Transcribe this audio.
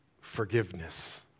forgiveness